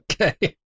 okay